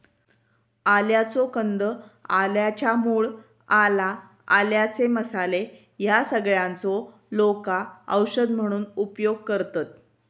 आल्याचो कंद, आल्याच्या मूळ, आला, आल्याचे मसाले ह्या सगळ्यांचो लोका औषध म्हणून उपयोग करतत